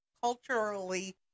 culturally